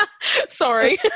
Sorry